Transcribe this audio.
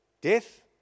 Death